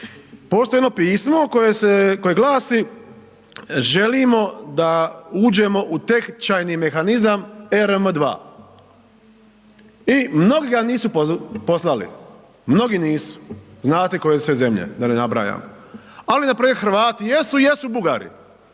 postoji jedno pismo koje se, koje glasi želimo da uđemo u tečajni mehanizam ERM2 i mnoga nisu poslali, mnogi nisu, znate sve koje zemlje da ne nabrajam, ali npr. Hrvati jesu, jesu Bugari,